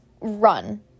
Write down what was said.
run